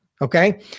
okay